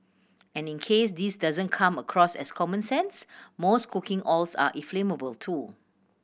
and in case this doesn't come across as common sense most cooking oils are inflammable too